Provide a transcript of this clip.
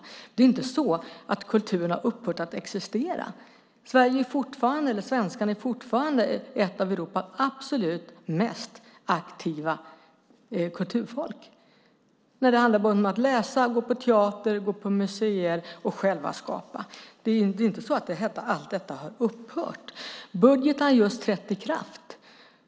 Men det är inte så att kulturen har upphört att existera. Svenskarna är fortfarande ett av Europas mest aktiva kulturfolk när det handlar om att läsa, gå på teater, gå på museer och att själva skapa. Det är inte så att allt detta har upphört. Budgeten har just trätt i kraft.